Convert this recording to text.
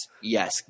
yes